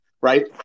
right